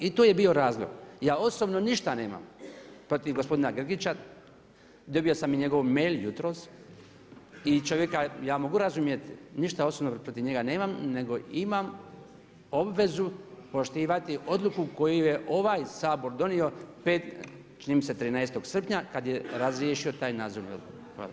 I to je bio razlog, ja osobno ništa nemam protiv gospodina Grgića, dobio sam i njegov mail jutros i čovjeka ja mogu razumjeti, ništa osobno protiv njega nemam, nego imam obvezu poštivati odluku koju je ovaj sabor donio čini mi se 13. srpnja kad je razriješio taj nadzorni odbor.